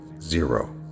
zero